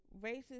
racist